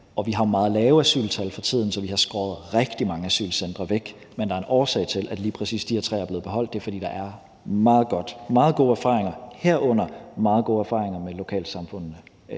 vi har jo meget lave asyltal for tiden, så vi har skåret rigtig mange asylcentre væk. Men der er en årsag til, at lige præcis de her tre er blevet beholdt, og det er, at der er meget gode erfaringer, herunder meget gode erfaringer med lokalsamfundene.